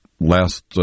last